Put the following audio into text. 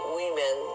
women